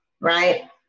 right